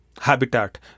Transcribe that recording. habitat